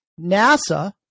NASA